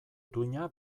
duina